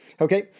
Okay